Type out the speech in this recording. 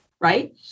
right